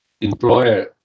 employer